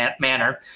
manner